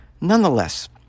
nonetheless